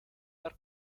are